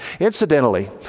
Incidentally